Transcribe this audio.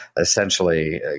essentially